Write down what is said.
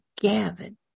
Gavin